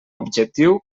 objectiu